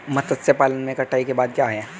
मत्स्य पालन में कटाई के बाद क्या है?